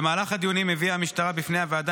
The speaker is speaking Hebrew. במהלך הדיונים הביאה המשטרה בפני הוועדה